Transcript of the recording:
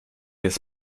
jest